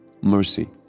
Mercy